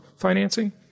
financing